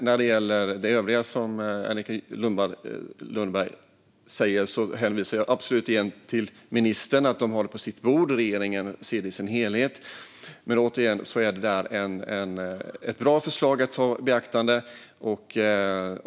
När det gäller det övriga som Angelica Lundberg säger hänvisar jag absolut igen till ministern. De har detta på sitt bord, och regeringen ser det i sin helhet. Men detta är, återigen, ett bra förslag att ta i beaktande.